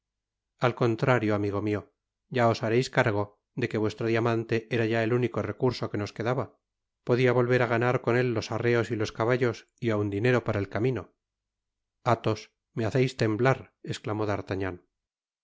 al contrario amigo mio ya os hareis cargo de que vuestro diamante era ya el único recurso que nos quedaba podia volver á ganar con él los arreos y los caballos y aun dinero para el camino athos me haceis temblar esclamó d'artagnan